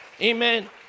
Amen